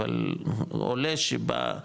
אבל עולה שבא,